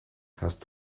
hast